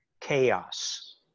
chaos